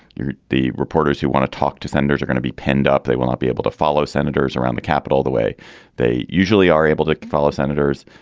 you're the reporters who want to talk to senators are going to be penned up. they will not be able to follow senators around the capitol the way they usually are able to follow senators.